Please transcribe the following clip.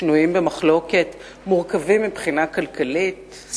שנויים במחלוקת, סבוכים מבחינה כלכלית,